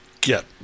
get